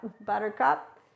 buttercup